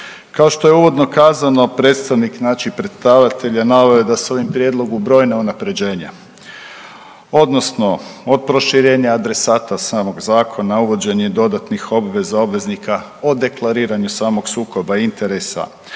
Kao što je uvodno kazano predstavnik znači predlagatelja naveo je da su u ovom prijedlogu brojna unapređenja odnosno od proširenja adresata samog Zakona, uvođenja i dodatnih obveza obveznika, o deklariranju samog sukoba interesa,